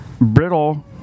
brittle